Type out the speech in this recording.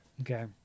Okay